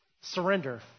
surrender